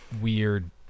weird